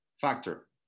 factor